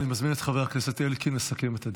אני מזמין את חבר הכנסת אלקין לסכם את הדיון.